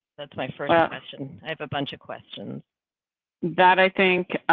that's my first ah question, i have a bunch of questions that i think.